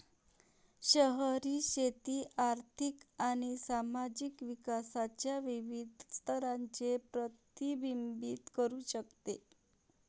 शहरी शेती आर्थिक आणि सामाजिक विकासाच्या विविध स्तरांचे प्रतिबिंबित करू शकते